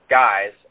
guys